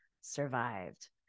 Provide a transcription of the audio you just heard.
survived